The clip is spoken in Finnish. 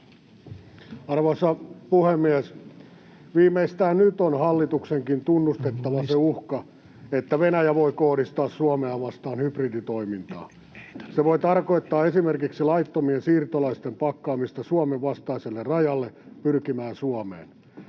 Arvoisa puhemies! Viimeistään nyt on hallituksenkin tunnustettava se uhka, että Venäjä voi kohdistaa Suomea vastaan hybriditoimintaa. Se voi tarkoittaa esimerkiksi laittomien siirtolaisten pakkaamista Suomen vastaiselle rajalle pyrkimään Suomeen.